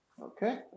Okay